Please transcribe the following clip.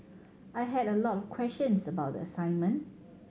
I had a lot of questions about the assignment